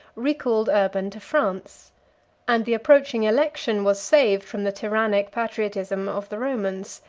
recalled urban to france and the approaching election was saved from the tyrannic patriotism of the romans.